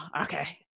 okay